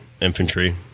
infantry